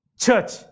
Church